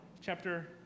chapter